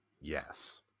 yes